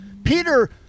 peter